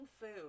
food